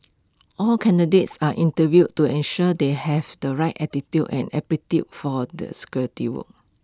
all candidates are interviewed to ensure they have the right attitude and aptitude for the security work